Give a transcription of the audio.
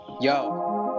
yo